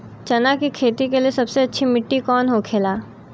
चना की खेती के लिए सबसे अच्छी मिट्टी कौन होखे ला?